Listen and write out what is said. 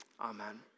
Amen